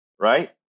right